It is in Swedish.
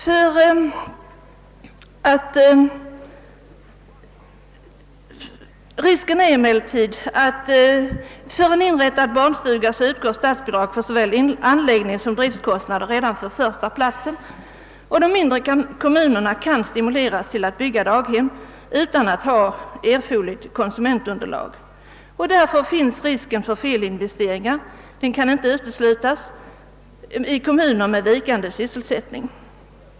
För en inrättad barnstuga utgår statsbidrag för såväl anläggningssom driftkostnader redan från och med första platsen, och de mindre kommunerna kan därför stimuleras till att bygga daghem utan att ha erforderligt konsumentunderlag för detta. Därför finns det risk för felinvesteringar; den risken kan inte uteslutas i kommuner med vikande sysselsättning.